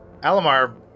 Alamar